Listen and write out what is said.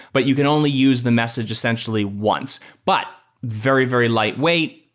but you can only use the message essentially once. but very, very lightweight,